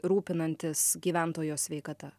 rūpinantis gyventojo sveikata